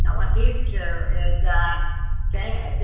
now, what these do is that there is yeah